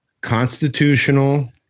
Constitutional